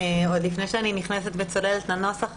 עוד לפני שאני נכנסת וצוללת לנוסח,